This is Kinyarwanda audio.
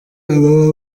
ababa